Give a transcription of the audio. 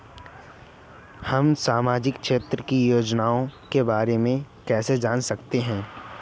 हम सामाजिक क्षेत्र की योजनाओं के बारे में कैसे जान सकते हैं?